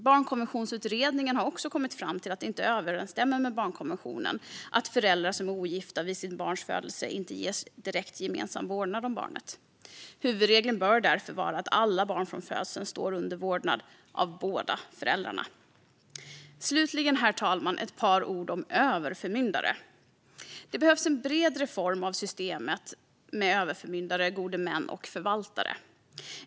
Barnkonventionsutredningen har också kommit fram till att det inte överensstämmer med barnkonventionen att föräldrar som är ogifta vid barnets födelse inte direkt ges gemensam vårdnad om barnet. Huvudregeln bör därför vara att alla barn från födseln står under vårdnad av båda föräldrarna. Slutligen, herr talman, vill jag säga ett par ord om överförmyndare. Det behövs en bred reform av systemet med överförmyndare, gode män och förvaltare.